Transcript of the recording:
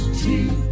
tea